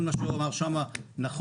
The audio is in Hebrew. כל מה שהוא אמר שם נכון,